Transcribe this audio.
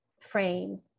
frame